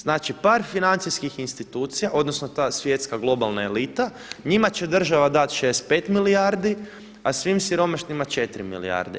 Znači par financijskih institucija, odnosno ta svjetska globalna elita njima će država dati 65 milijardi a svim siromašnima 4 milijarde.